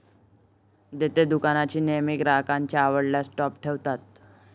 देतेदुकानदार नेहमी ग्राहकांच्या आवडत्या स्टॉप ठेवतात